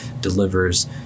delivers